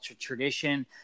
tradition